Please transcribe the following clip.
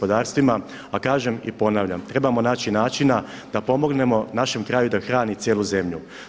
A kažem i ponavljam, trebamo naći načina da pomognemo našem kraju da hrani cijelu zemlju.